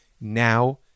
now